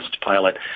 pilot